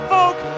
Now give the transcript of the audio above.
Folk